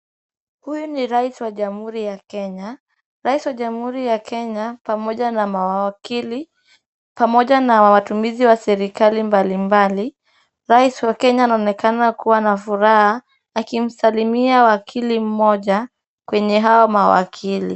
Huyu ni rais wa jamhuri ya Kenya. Rais wa jamhuri ya Kenya pamoja, pamoja na mawakili, pamoja na watumizi wa serikali mbalimbali. Rais wa Kenya anaonekana kuwa na furaha akimsalimia wakili mmoja kwenye hawa mawakili.